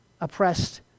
oppressed